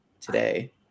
today